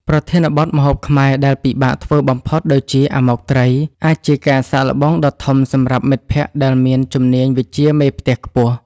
ប្រធានបទ ម្ហូបខ្មែរដែលពិបាកធ្វើបំផុត ដូចជា អាម៉ុកត្រី អាចជាការសាកល្បងដ៏ធំសម្រាប់មិត្តភក្តិដែលមានជំនាញវិជ្ជាមេផ្ទះខ្ពស់។